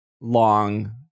long